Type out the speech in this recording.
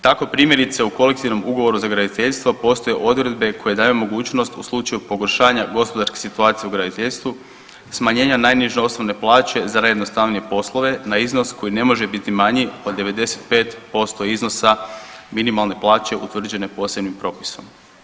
Tako primjerice u kolektivnom ugovoru za graditeljstvo postoje odredbe koje daju mogućnost u slučaju pogoršanja gospodarske situacije u graditeljstvu smanjenja najniže osnovne plaće za najjednostavnije poslove na iznos koji ne može biti manji od 95% iznosa minimalne plaće utvrđene posebnim propisom.